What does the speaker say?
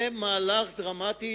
זה מהלך דרמטי,